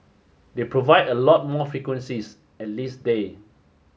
they provide a lot more frequencies at least day